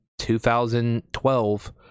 2012